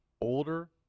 Older